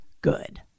good